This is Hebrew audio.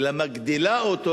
אלא מגדילה אותו,